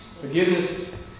forgiveness